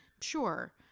Sure